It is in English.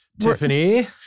Tiffany